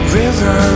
river